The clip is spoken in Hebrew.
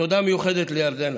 תודה מיוחדת לירדנה.